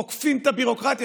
עוקפים את הביורוקרטיה,